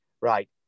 right